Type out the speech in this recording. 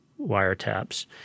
wiretaps